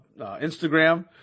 Instagram